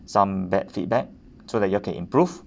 some bad feedback so that y'all can improve